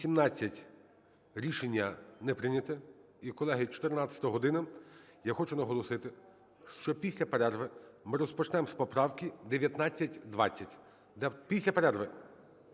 За-18 Рішення не прийнято. Колеги, 14 година. Я хочу наголосити, що після перерви ми розпочнемо з поправки 1920, після перерви,